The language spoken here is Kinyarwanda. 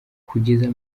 kugeza